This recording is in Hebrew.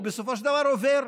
הוא בסופו של דבר עובר,